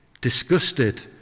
Disgusted